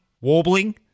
warbling